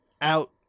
out